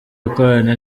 gukorana